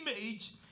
image